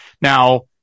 Now